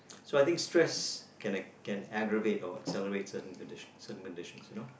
so think stress can can aggravate or accelerate certain conditions certain conditions you know